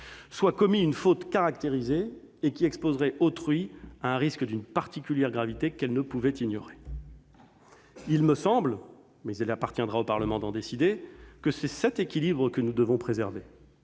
soit commis une faute caractérisée et qui exposait autrui à un risque d'une particulière gravité qu'elles ne pouvaient ignorer. » Il me semble, mais il appartiendra au Parlement d'en décider, que nous devons préserver